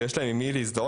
שיש להם עם מי להזדהות,